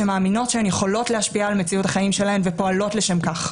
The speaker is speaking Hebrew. שמאמינים שהם יכולים להשפיע על מציאות החיים שלהם ופועלים לשם כך.